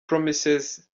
promises